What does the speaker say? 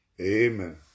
Amen